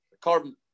Carbon